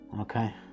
okay